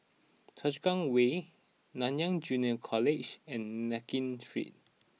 Choa Chu Kang Way Nanyang Junior College and Nankin Street